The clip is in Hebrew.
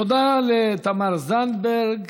תודה לתמר זנדברג,